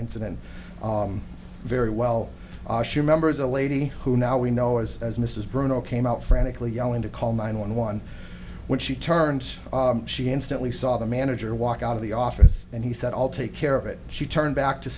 incident very well sure members a lady who now we know as as mrs bruno came out frantically yelling to call nine one one when she turned she instantly saw the manager walk out of the office and he said i'll take care of it she turned back to